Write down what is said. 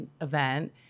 event